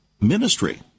ministry